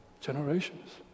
generations